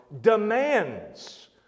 demands